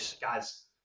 guys